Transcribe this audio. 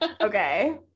okay